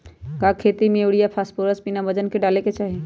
का खेती में यूरिया फास्फोरस बिना वजन के न डाले के चाहि?